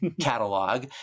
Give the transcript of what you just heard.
catalog